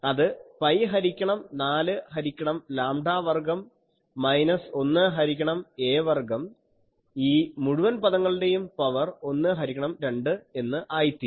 അത് പൈ ഹരിക്കണം 4 ഹരിക്കണം ലാംഡാ വർഗ്ഗം മൈനസ് 1 ഹരിക്കണം a വർഗ്ഗം ഈ മുഴുവൻ പദങ്ങളുടെയും പവർ ഒന്ന് ഹരിക്കണം രണ്ട് എന്ന് ആയിത്തീരും